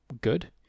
good